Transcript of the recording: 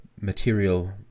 material